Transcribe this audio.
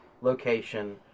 location